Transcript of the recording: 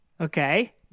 Okay